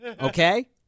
Okay